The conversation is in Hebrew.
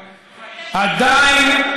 עדיין,